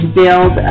build